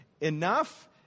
enough